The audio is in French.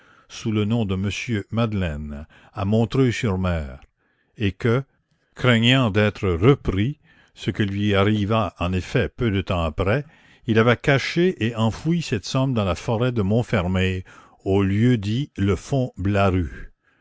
sous le nom de monsieur madeleine à montreuil sur mer et que craignant d'être repris ce qui lui arriva en effet peu de temps après il avait caché et enfoui cette somme dans la forêt de montfermeil au lieu dit le fonds blaru